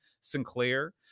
Sinclair